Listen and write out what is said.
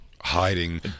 hiding